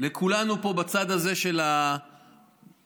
לכולנו בצד הזה של המליאה